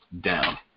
down